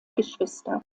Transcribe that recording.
geschwister